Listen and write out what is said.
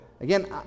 Again